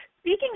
Speaking